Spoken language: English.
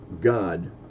god